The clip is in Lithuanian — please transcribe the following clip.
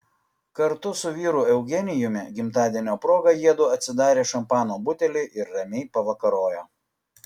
kartu su vyru eugenijumi gimtadienio proga jiedu atsidarė šampano butelį ir ramiai pavakarojo